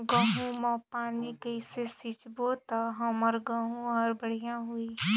गहूं म पानी कइसे सिंचबो ता हमर गहूं हर बढ़िया होही?